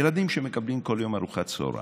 ילדים שמקבלים כל יום ארוחת צוהריים.